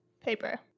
paper